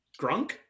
Grunk